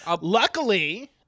luckily